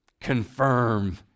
Confirm